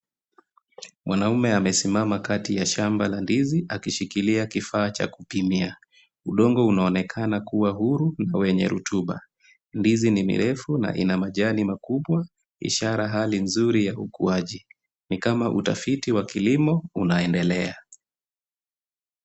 Mwanamume amesimama kati ya shamba la ndizi akishikilia kifaa cha kupimia. Udongo unaonekana kuwa huru na wenye rutuba. Ndizi ni mirefu na ina majani makubwa, ishara hali nzuri ya ukuaji. Ni kama utafiti wa kilimo unaendelea.